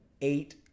eight